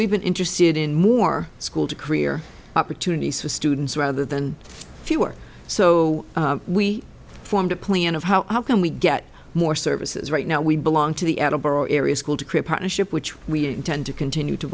been interested in more school to career opportunities for students rather than fewer so we formed a plan of how how can we get more services right now we belong to the edinburgh area school to create partnership which we intend to continue to